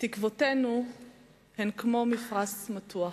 "תקוותינו הן כמו מפרש מתוח,